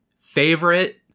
favorite